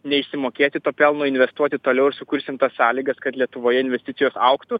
neišsimokėti to pelno investuoti toliau ir sukursim tas sąlygas kad lietuvoje investicijos augtų